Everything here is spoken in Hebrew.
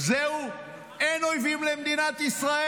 זהו, אין אויבים למדינת ישראל?